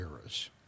eras